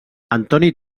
antoni